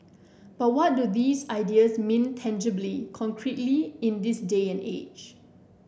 but what do these ideas mean tangibly concretely in this day and age